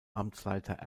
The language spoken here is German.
amtsleiter